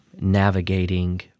navigating